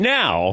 now